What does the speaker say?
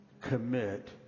commit